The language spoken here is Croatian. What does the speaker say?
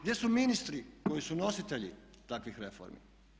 Gdje su ministri koji su nositelji takvih reformi?